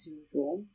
usual